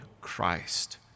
Christ